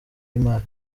y’imari